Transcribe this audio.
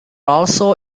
also